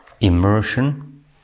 immersion